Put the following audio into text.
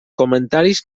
comentaris